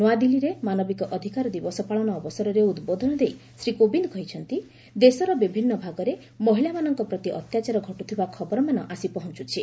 ନୂଆଦିଲ୍ଲୀରେ ମାନବିକ ଅଧିକାର ଦିବସ ପାଳନ ଅବସରରେ ଉଦ୍ବୋଧନ ଦେଇ ଶ୍ରୀ କୋବିନ୍ଦ କହିଚ୍ଚନ୍ତି ଦେଶର ବିଭିନ୍ନ ଭାଗରେ ମହିଳାମାନଙ୍କ ପ୍ରତି ଅତ୍ୟାଚାର ଘଟୁଥିବା ଖବରମାନ ଆସି ପହଞ୍ଚୁଛି